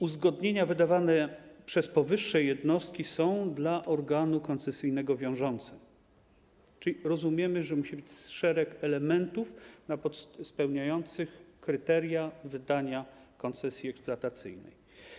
Uzgodnienia wydawane przez powyższe jednostki są dla organu koncesyjnego wiążące, czyli rozumiemy, że musi być szereg elementów spełniających kryteria wydania koncesji eksploatacyjnej.